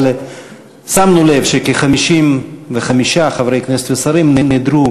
אבל שמנו לב שכ-55 חברי כנסת ושרים נעדרו